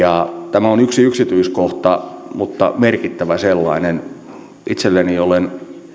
tämä on yksi yksityiskohta mutta merkittävä sellainen itselleni olen